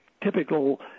typical